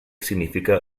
significa